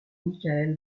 michael